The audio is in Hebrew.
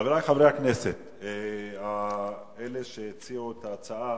חברי חברי הכנסת, אלה שהציעו את ההצעה,